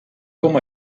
com